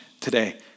today